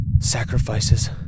Sacrifices